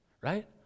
right